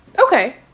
Okay